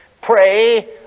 Pray